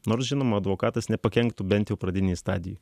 nors žinoma advokatas nepakenktų bent jau pradinėje stadijoje